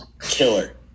killer